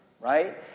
right